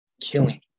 killing